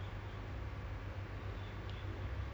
there are people walking behind me but then